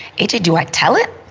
a j. do i tell it?